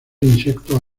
insectos